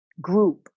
group